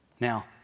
Now